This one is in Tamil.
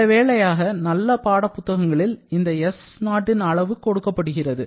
நல்லவேளையாக நல்ல பாடப்புத்தகங்களில் இந்த s0 ன் அளவு கொடுக்கப்பட்டிருக்கிறது